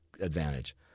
advantage